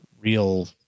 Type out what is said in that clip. Real